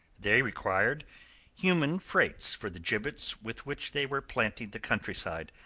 they required human freights for the gibbets with which they were planting the countryside,